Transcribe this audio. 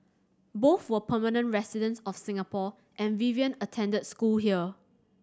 both were permanent residents of Singapore and Vivian attended school here